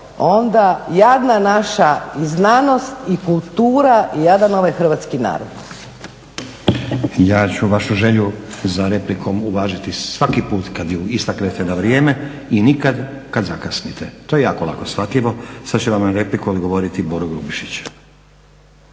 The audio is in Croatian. onda jadna naša i znanost i kultura i jadan ovaj hrvatski narod. **Stazić, Nenad (SDP)** Ja ću vašu želju za replikom uvažiti svaki put kad je istaknete na vrijeme i nikad kad zakasnite. To je jako lako shvatljivo. Sad će vam na repliku odgovoriti Boro Grubišić.